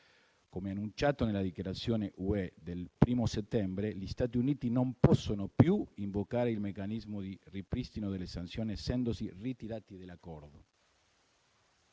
Come annunciato nella Dichiarazione UE del 1° settembre, gli Stati Uniti non possono più invocare il meccanismo di ripristino delle sanzioni, essendosi ritirati dall'Accordo.